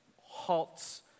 halts